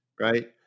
Right